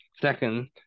Second